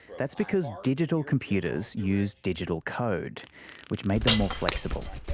that's because digital computers used digital code which made them more flexible.